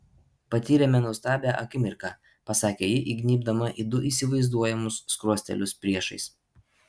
patyrėme nuostabią akimirką pasakė ji įgnybdama į du įsivaizduojamus skruostelius priešais